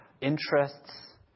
interests